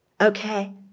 Okay